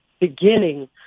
beginning